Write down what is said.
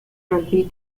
rugby